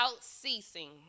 ceasing